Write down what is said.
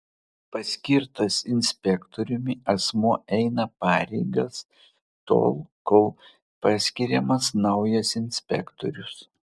paskirtas inspektoriumi asmuo eina pareigas tol kol paskiriamas naujas inspektorius